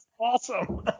awesome